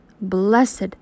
blessed